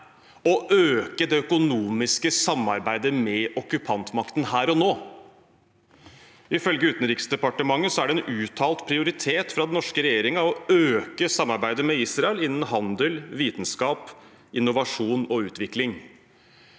å øke det økonomiske samarbeidet med okkupantmakten her og nå. Ifølge Utenriksdepartementet er det en uttalt prioritet for den norske regjeringen å øke samarbeidet med Israel innen handel, vitenskap, innovasjon og utvikling.